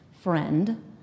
friend